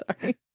sorry